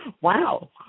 Wow